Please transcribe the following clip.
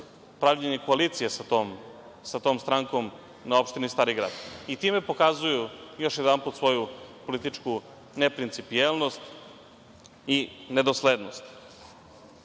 pravljenjem koalicije sa tom strankom na opštini Stari grad. I time pokazuju još jedanput svoju političku neprincipijelnost i nedoslednost.E,